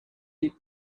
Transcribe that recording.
eat